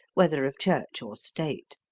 whether of church or state.